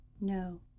No